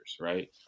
right